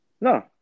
No